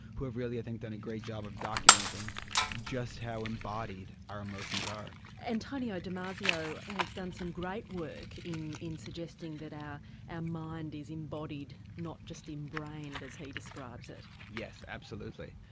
who have really i think done a great job of documenting just how embodied our emotions are. antonio de marcio has done some great work in in suggesting that our ah mind is embodied not just embrained, as he describes it. yes, absolutely.